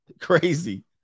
Crazy